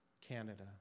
Canada